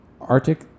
Arctic